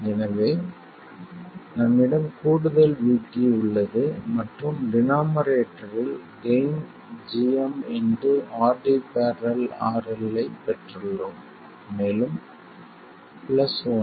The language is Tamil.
எனவே நம்மிடம் கூடுதல் VT உள்ளது மற்றும் டினோமரேட்டரில் கெய்ன் gm RD ║ RL ஐப் பெற்றுள்ளோம் மேலும் பிளஸ் ஓன்று